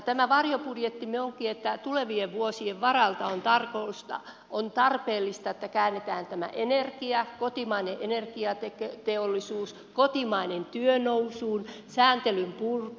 tämä varjobudjettimme onkin sellainen että tulevien vuosien varalta on tarpeellista että käännetään tämä energia kotimainen energiateollisuus kotimainen työ nousuun sääntelyn purku